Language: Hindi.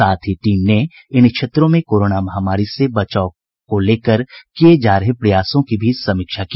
साथ ही टीम ने इन क्षेत्रों में कोरोना महामारी से बचाव को लेकर किये जा रहे प्रयासों की भी समीक्षा की